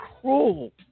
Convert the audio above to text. cruel